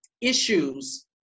issues